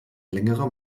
längere